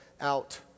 out